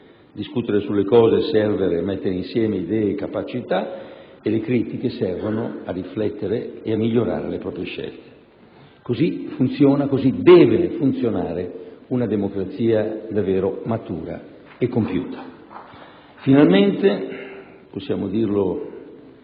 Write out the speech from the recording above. Discutere sulle cose serve per mettere insieme idee e capacità e le critiche servono a riflettere e a migliorare le proprie scelte. Così funziona, così deve funzionare una democrazia davvero matura e compiuta. Con una gioia